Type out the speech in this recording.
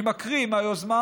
אני מקריא מהיוזמה